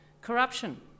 Corruption